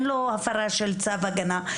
אין לו הפרה של צו הגנה,